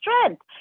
strength